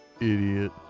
idiot